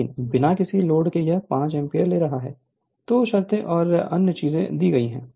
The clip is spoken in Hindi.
लेकिन बिना किसी लोड के यह 5 एम्पीयर ले रहा है 2 शर्तें और अन्य चीजें दी गई हैं